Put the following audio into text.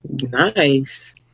Nice